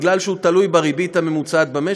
כי הוא תלוי בריבית הממוצעת במשק,